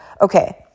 okay